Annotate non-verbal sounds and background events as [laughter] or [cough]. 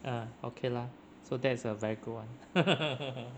ah okay lah so that's a very good [one] [laughs]